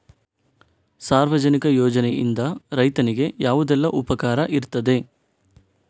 ಸಾರ್ವಜನಿಕ ಯೋಜನೆಯಿಂದ ರೈತನಿಗೆ ಯಾವುದೆಲ್ಲ ಉಪಕಾರ ಇರ್ತದೆ?